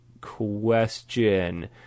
question